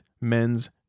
men's